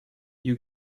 you